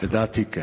לדעתי כן.